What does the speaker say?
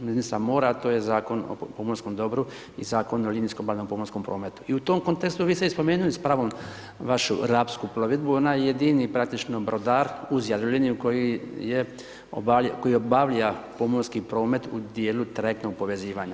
ministra mora, a to je Zakon o pomorskom dobru i Zakon o linijsko ... prometu i u tom kontekstu vi ste i spomenuli s pravom vašu rapsku plovidbu, ona je jedini praktično brodar, uz Jadroliniju koji je koji obavlja pomorski promet u dijelu trajektnog povezivanja.